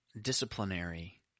disciplinary